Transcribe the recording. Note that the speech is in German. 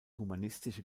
humanistische